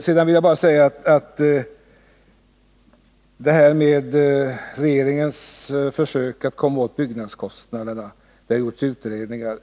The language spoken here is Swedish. Jag vill sedan bara ta upp frågan om regeringens försök att komma åt byggnadskostnaderna. Här har gjorts utredningar.